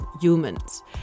humans